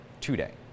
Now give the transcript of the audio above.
today